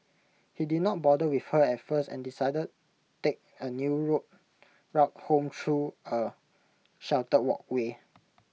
he did not bother with her at first and decided take A new route rock home through A sheltered walkway